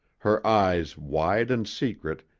her eyes wide and secret,